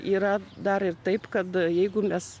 yra dar ir taip kad jeigu mes